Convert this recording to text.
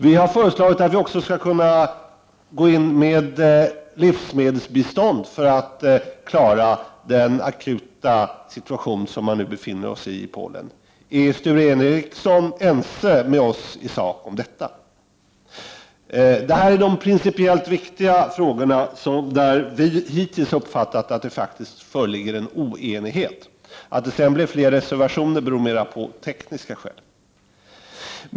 Vi har föreslagit att Sverige också skall kunna ge livsmedelsbistånd för att klara den akuta situation som Polen nu befinner sig i. Är Sture Ericson ense med oss i sak om detta? Det här är de principiellt viktiga frågor där vi hittills uppfattat att det faktiskt föreligger en oenighet. Att det sedan blev fler reservationer har mer tekniska orsaker.